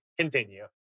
continue